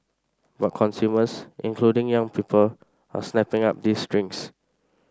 but consumers including young people are snapping up these drinks